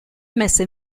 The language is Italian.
messa